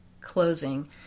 closing